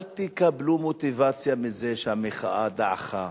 אל תקבלו מוטיבציה מזה שהמחאה דעכה.